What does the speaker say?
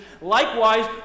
Likewise